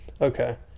Okay